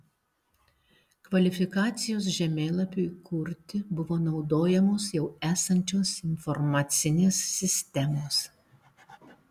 kvalifikacijos žemėlapiui kurti buvo naudojamos jau esančios informacinės sistemos